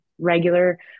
regular